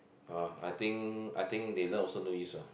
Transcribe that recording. ah I think I think they now also no use what